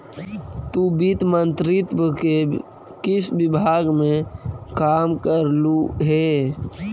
तु वित्त मंत्रित्व के किस विभाग में काम करलु हे?